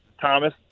thomas